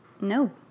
No